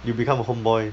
you become a home boy